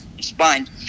spine